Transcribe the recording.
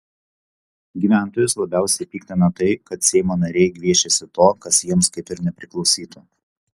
gyventojus labiausiai piktina tai kad seimo nariai gviešiasi to ko jiems kaip ir nepriklausytų